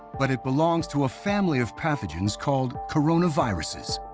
but it belongs to a family of pathogens called coronaviruses,